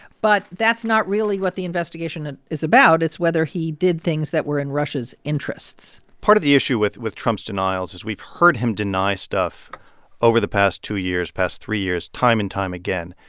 but that's not really what the investigation ah is about. it's whether he did things that were in russia's interests part of the issue with with trump's denials is we've heard him deny stuff over the past two years, past three years, time and time again.